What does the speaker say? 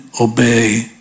obey